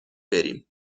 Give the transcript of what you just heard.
بریم